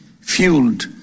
fueled